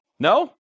No